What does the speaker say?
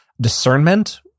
discernment